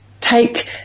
take